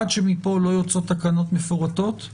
עד שמפה לא יוצאות תקנות מפורטות,